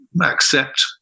accept